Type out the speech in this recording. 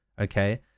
Okay